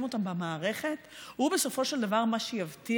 אותם במערכת הוא בסופו של דבר מה שיבטיח